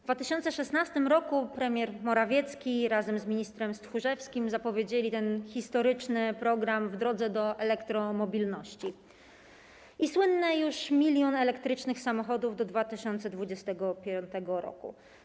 W 2016 r. premier Morawiecki razem z ministrem Tchórzewskim zapowiedzieli historyczny program „W drodze do elektromobilności” i słynne już 1 mln elektrycznych samochodów do 2025 r.